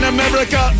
America